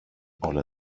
όλα